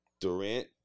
Durant